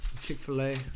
Chick-fil-A